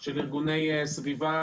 של ארגוני סביבה